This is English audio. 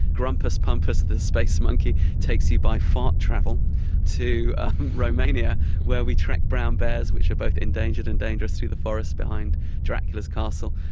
grumpus pumpus the space monkey takes you by fart travel to romania where we track brown bears which are both endangered and dangerous through the forest behind dracula's castle.